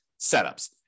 setups